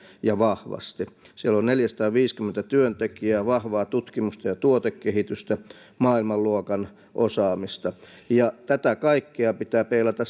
ja vahvasti siellä on neljäsataaviisikymmentä työntekijää vahvaa tutkimusta ja tuotekehitystä maailmanluokan osaamista tätä kaikkea pitää peilata